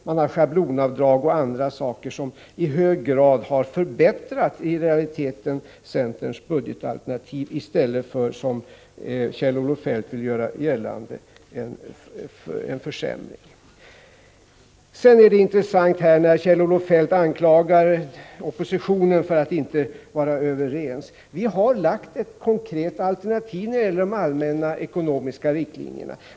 Även schablonavdrag och andra saker har i realiteten i hög grad förbättrat centerns budgetalternativ, och inte, som Kjell-Olof Feldt vill göra gällande, försämrat det. När Kjell-Olof Feldt anklagar oppositionen för att inte vara överens är det intressant att notera att vi har lagt fram ett konkret alternativ när det gäller de allmänna ekonomiska riktlinjerna.